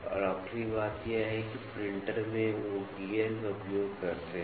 और आखिरी बात यह है कि प्रिंटर में वे गियर का उपयोग करते हैं